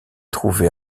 trouvés